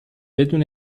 بدون